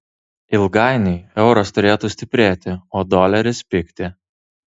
ilgainiui euras turėtų stiprėti o doleris pigti